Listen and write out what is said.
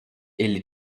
ele